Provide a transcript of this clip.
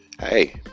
hey